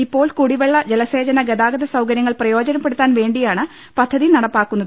ഇപ്പോൾ കുടിവെളള ജലസേചന ഗതാഗത സൌകര്യങ്ങൾ പ്രയോജനപ്പെടുത്താൻ വേണ്ടിയാണ് പദ്ധതി നടപ്പാക്കുന്നത്